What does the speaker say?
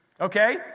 Okay